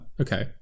Okay